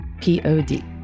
P-O-D